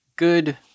Good